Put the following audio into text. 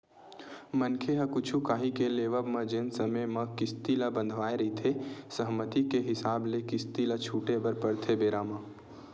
मनखे ह कुछु काही के लेवब म जेन समे म किस्ती ल बंधवाय रहिथे सहमति के हिसाब ले किस्ती ल छूटे बर परथे बेरा म